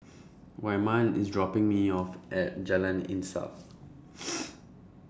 Wyman IS dropping Me off At Jalan Insaf